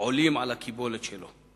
בו עולים על הקיבולת שלו,